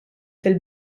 fil